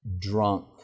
drunk